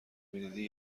میدیدی